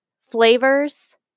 flavors